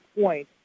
point